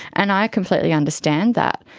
and i completely understand that.